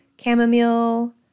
chamomile